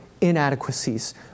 inadequacies